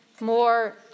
more